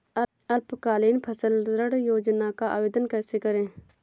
अल्पकालीन फसली ऋण योजना का आवेदन कैसे करें?